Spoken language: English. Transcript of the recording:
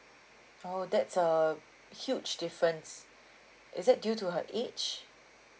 oh that's a huge difference is it due to her age